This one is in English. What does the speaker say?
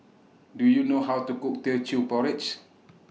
Do YOU know How to Cook Teochew Porridge